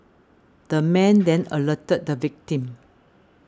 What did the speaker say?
the man then alerted the victim